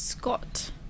Scott